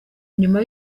inyuma